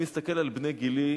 אני מסתכל על בני גילי